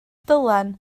dylan